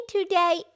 Today